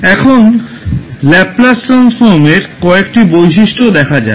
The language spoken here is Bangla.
এখন ল্যাপলাস ট্রান্সফর্মের কয়েকটি বৈশিষ্ট্য দেখা যাক